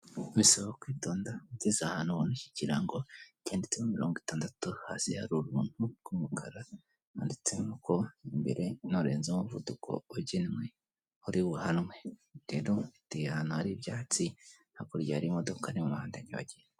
Bisaba kwitonda ugeze ahantu ubona iki kirango cyanditseho mirongo itandatu hasi hari uruntu rw'umukara handitseho ko imbere nurenza umuvuduko ugenwe uri buhanwe, rero giteye ahantu hari ibyatsi hakurya hari imodoka ni mu muhanda nyabagendwa.